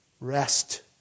Rest